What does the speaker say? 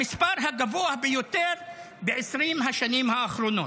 המספר הגבוה ביותר ב-20 השנים האחרונות.